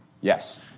Yes